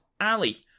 Ali